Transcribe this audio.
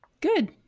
Good